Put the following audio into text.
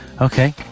Okay